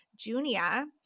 Junia